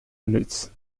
minuut